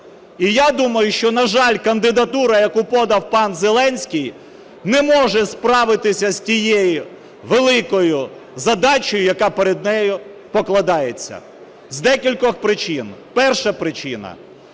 І я думаю, що, на жаль, кандидатура, яку подав пан Зеленський, не може справитися з тією великою задачею, яка перед нею покладається. З декількох причин. Перша причина.